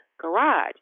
garage